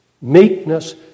meekness